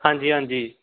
ਹਾਂਜੀ ਹਾਂਜੀ